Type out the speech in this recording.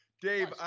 Dave